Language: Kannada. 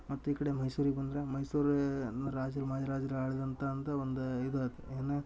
ಮತ್ತೆ ಈ ಕಡೆ ಮೈಸೂರಿಗೆ ಬಂದರೆ ಮೈಸೂರು ರಾಜರ ರಾಜ್ರ ಮಾರಾಜ್ರ ಆಳಿದಂಥ ಅಂಥ ಒಂದು ಇದು ಅತ ಏನು